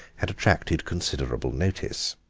had attracted considerable notice.